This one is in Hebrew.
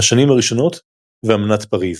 השנים הראשונות ואמנת פריז